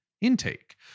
intake